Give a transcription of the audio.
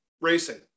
racing